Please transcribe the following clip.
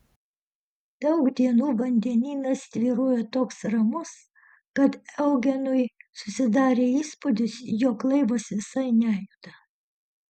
daug dienų vandenynas tvyrojo toks ramus kad eugenui susidarė įspūdis jog laivas visai nejuda